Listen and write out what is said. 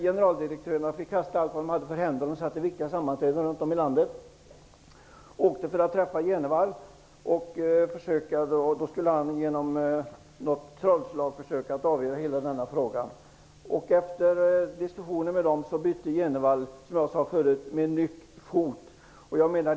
Generaldirektörerna fick släppa allt de hade för händer där de satt i viktiga sammanträden och åka för att träffa Jenevall. Som genom ett trollslag skulle han försöka avgöra hela denna fråga. Efter diskussionen med dem bytte Jenevall fot med en nyck.